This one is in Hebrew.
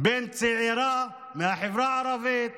בין צעירה מהחברה הערבית